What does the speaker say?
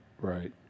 Right